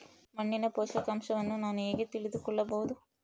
ಮಣ್ಣಿನ ಪೋಷಕಾಂಶವನ್ನು ನಾನು ಹೇಗೆ ತಿಳಿದುಕೊಳ್ಳಬಹುದು?